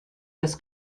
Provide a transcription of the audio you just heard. das